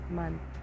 month